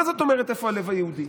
מה זאת אומרת איפה הלב היהודי?